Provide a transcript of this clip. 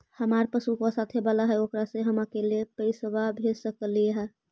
हमार पासबुकवा साथे वाला है ओकरा से हम अकेले पैसावा भेज सकलेहा?